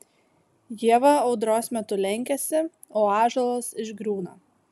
ieva audros metu lenkiasi o ąžuolas išgriūna